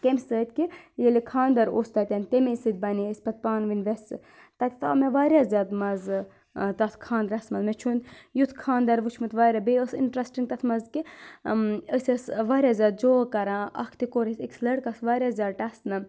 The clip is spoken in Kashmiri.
کمہِ سۭتۍ کہِ ییٚلہِ خانٛدَر اوس تَتؠن تَمے سۭتۍ بَنے أسۍ پَتہٕ پانہٕ ؤنۍ ویسہٕ تَتٮ۪تھ آو مےٚ واریاہ زیادٕ مَزٕ تَتھ خانٛدَرَس منٛز مےٚ چھُنہٕ یُتھ خانٛدَر وُچھمُت واریاہ بیٚیہِ اوس اِنٹرٛسٹِنٛگ تَتھ منٛز کہِ أسۍ ٲسۍ واریاہ زیادٕ جوک کَران اَکھتُے کوٚر اَسہِ أکِس لٔڑکَس واریاہ زیادٕ ٹَسنہٕ